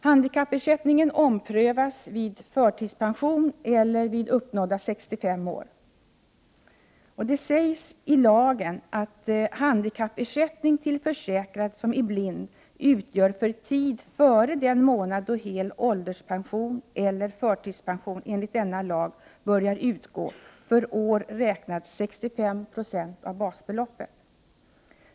Handikappersättningen omprövas vid förtidspension eller vid uppnådda 65 år. Det sägs i lagen att handikappersättning till försäkrad som är blind utgör, för tid före den månad då hel ålderspension eller förtidspension enligt denna lag börjar utgå, för år räknat 65 96 av basbeloppet.